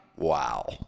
Wow